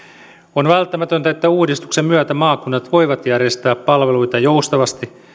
on välttämätöntä että uudistuksen myötä maakunnat voivat järjestää palveluita joustavasti